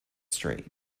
straight